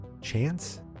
chance